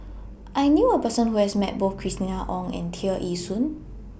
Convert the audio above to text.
I knew A Person Who has Met Both Christina Ong and Tear Ee Soon